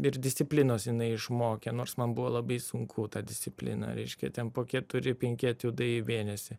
ir disciplinos jinai išmokė nors man buvo labai sunku ta disciplina reiškia tempo keturi penki etiudai į mėnesį